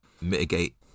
mitigate